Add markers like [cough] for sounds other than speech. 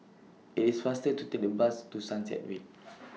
IT IS faster to Take The Bus to Sunset Way [noise]